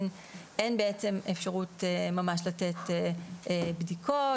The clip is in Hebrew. אין בעצם אפשרות ממש לתת בדיקות,